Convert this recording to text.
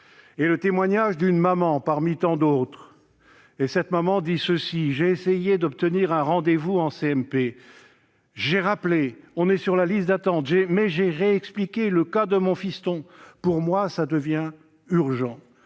Et le témoignage d'une maman, parmi tant d'autres :« J'ai essayé d'obtenir un rendez-vous en CMP. J'ai rappelé, on est sur liste d'attente, j'ai réexpliqué le cas de mon fiston. Pour moi, ça devient urgent,